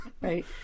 Right